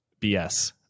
bs